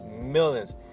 millions